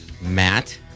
Matt